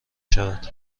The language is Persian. شود